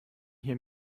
hier